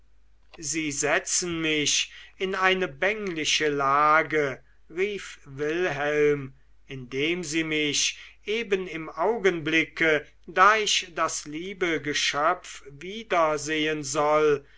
sie setzen mich in eine bängliche lage rief wilhelm indem sie mich eben im augenblicke da ich das liebe geschöpf wiedersehen soll